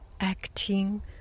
acting